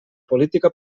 política